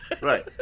Right